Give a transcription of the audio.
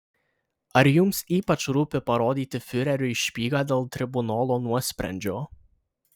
ar jums ypač rūpi parodyti fiureriui špygą dėl tribunolo nuosprendžio